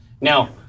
Now